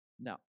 Now